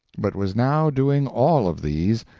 but was now doing all of these,